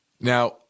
Now